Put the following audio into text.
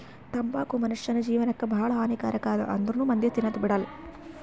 ತಂಬಾಕು ಮುನುಷ್ಯನ್ ಜೇವನಕ್ ಭಾಳ ಹಾನಿ ಕಾರಕ್ ಅದಾ ಆಂದ್ರುನೂ ಮಂದಿ ತಿನದ್ ಬಿಡಲ್ಲ